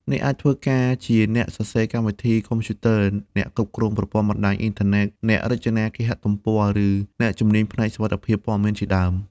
អ្នកអាចធ្វើការជាអ្នកសរសេរកម្មវិធីកុំព្យូទ័រ អ្នកគ្រប់គ្រងប្រព័ន្ធបណ្តាញអ៊ីនធឺណិត អ្នករចនាគេហទំព័រ ឬអ្នកជំនាញផ្នែកសុវត្ថិភាពព័ត៌មានជាដើម។